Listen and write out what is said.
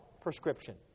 prescription